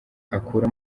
akura